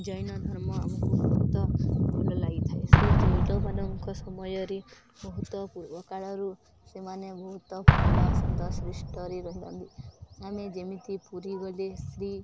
ଜୈନ ଧର୍ମ ଆମକୁ ବହୁତ ଭଲ ଲାଗିଥାଏ ସେ ଜୈନ ମାନଙ୍କ ସମୟରେ ବହୁତ ପୂର୍ବକାଳରୁ ସେମାନେ ବହୁତ ଭଲ ଶାନ୍ତ ଶିଷ୍ଟରେ ରହିନ୍ତି ଆମେ ଯେମିତି ପୁରୀ ଗଲେ ଶ୍ରୀ